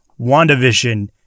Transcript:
WandaVision